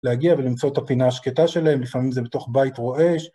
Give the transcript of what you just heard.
להגיע ולמצוא את הפינה השקטה שלהם, לפעמים זה בתוך בית רועש.